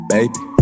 Baby